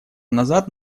назад